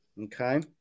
Okay